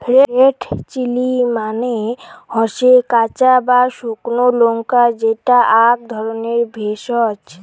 red chilli মানে হসে কাঁচা বা শুকনো লঙ্কা যেটা আক ধরণের ভেষজ